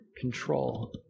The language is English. control